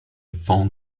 phone